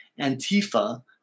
Antifa